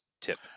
tip